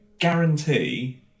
guarantee